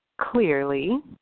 clearly